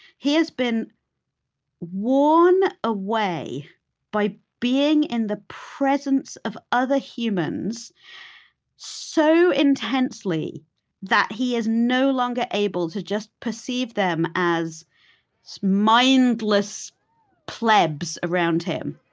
he has been worn away by being in and the presence of other humans so intensely that he is no longer able to just perceive them as mindless plebs around him.